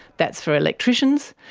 that's for electricians.